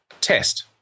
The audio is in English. test